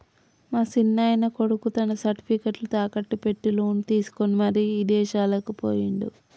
మా సిన్నాయన కొడుకు తన సర్టిఫికేట్లు తాకట్టు పెట్టి లోను తీసుకొని మరి ఇదేశాలకు పోయిండు